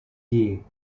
gear